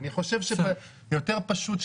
אני חושב שיותר פשוט,